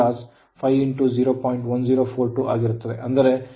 521 kilowatt hour